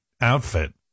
outfit